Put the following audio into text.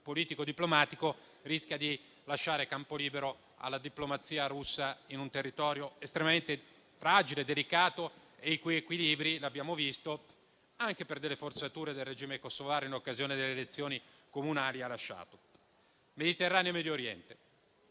politico-diplomatico, rischia di lasciare campo libero alla diplomazia russa in un territorio estremamente fragile e delicato dal punto di vista dei suoi equilibri, anche per le forzature del regime kosovaro in occasione delle elezioni comunali. Su Mediterraneo e Medio Oriente